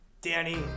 Danny